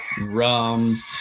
rum